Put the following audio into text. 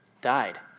died